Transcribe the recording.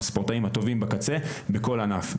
הספורטאים הטובים בקצה בכל ענף.